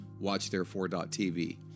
watchtherefore.tv